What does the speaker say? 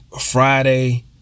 friday